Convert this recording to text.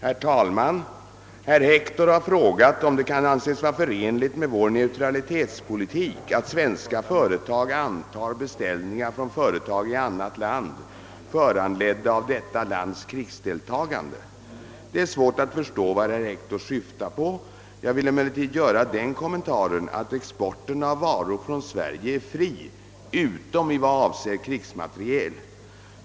Herr talman! Herr Hector har frågat om det kan anses vara förenligt med vår neutralitetspolitik att svenska företag antager beställningar från företag i annat land föranledda av detta lands krigsdeltagande. Det är svårt att förstå vad herr Hector syftar på. Jag vill emellertid göra den kommentaren, att exporten av varor från Sverige är fri utom i vad avser krigsmateriel.